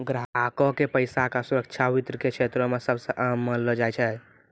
ग्राहको के पैसा के सुरक्षा वित्त के क्षेत्रो मे सभ से अहम मानलो जाय छै